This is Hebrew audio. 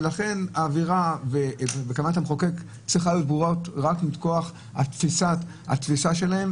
ולכן האווירה וכוונת המחוקק צריכה להיות ברורה רק מכוח התפיסה שלהם,